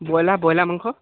broiler broiler মাংস